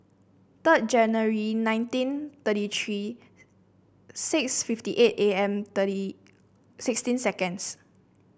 third January nineteen thirty three six fifty eight A M thirty sixteen seconds